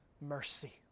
mercy